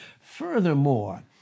Furthermore